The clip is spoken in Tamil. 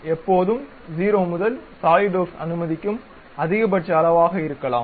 எப்போதும் 0 முதல் சாலிட்வொர்க்ஸ் அனுமதிக்கும் அதிகபட்ச அளவாக இருக்கலாம்